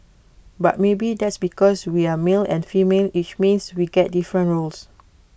but maybe that's because we're male and female which means we get different roles